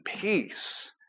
peace